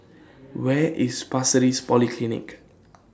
Where IS Pasir Ris Polyclinic